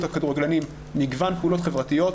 הכדורגלנים מגוון פעולות חברתיות,